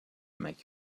make